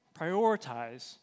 prioritize